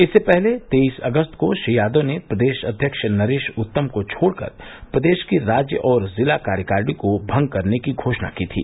इससे पहले तेईस अगस्त को श्री यादव ने प्रदेश अव्यक्ष नरेश उत्तम को छोड़कर प्रदेश की राज्य और जिला कार्यकारिणी को भंग करने की घोषणा की थी